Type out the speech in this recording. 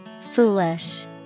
Foolish